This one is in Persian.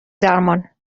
درمان